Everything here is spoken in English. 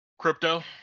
Crypto